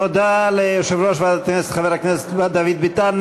תודה ליושב-ראש ועדת הכנסת חבר הכנסת דוד ביטן.